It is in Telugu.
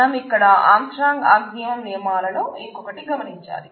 మనం ఇక్కడ ఆర్మ్స్ట్రాంగ్ ఆంక్సియోమ్ నియమాలలో ఇంకొకటి గమనించాలి